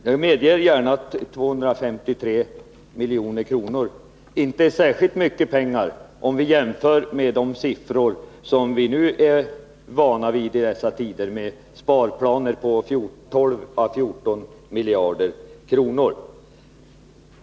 Jag medger gärna att 253 milj.kr. inte är särskilt mycket pengar, om vi jämför med de siffror som vi nu är vana vid i dessa tider med sparplaner på 12 å 14 miljarder kronor.